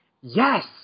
Yes